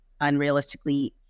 unrealistically